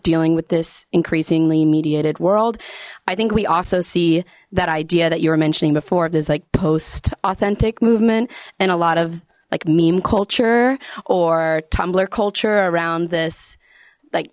dealing with this increasingly mediated world i think we also see that idea that you were mentioning before there's like post authentic movement and a lot of like meme culture or tumblr culture around this like